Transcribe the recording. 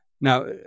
Now